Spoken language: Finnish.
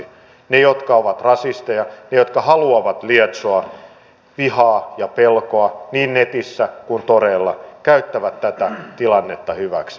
ne jotka ovat rasisteja ne jotka haluavat lietsoa vihaa ja pelkoa niin netissä kuin toreillakin käyttävät tätä tilannetta hyväksi